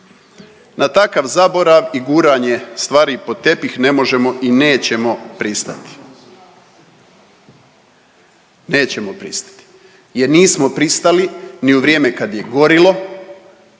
Na takav zaborav i guranje stvari pod tepih ne možemo i nećemo pristati, nećemo pristati jer nismo pristali ni u vrijeme kad je gorilo,